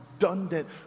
redundant